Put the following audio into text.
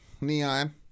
Neon